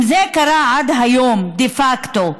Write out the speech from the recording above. אם זה קרה עד היום דה פקטו,